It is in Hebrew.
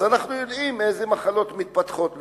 אנחנו יודעים איזה מחלות מתפתחות מזה.